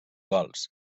gols